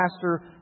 pastor